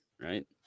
right